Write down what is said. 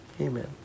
Amen